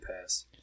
Pass